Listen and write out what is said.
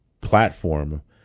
platform